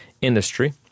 industry